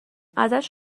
ازش